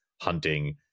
hunting